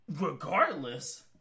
regardless